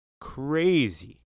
crazy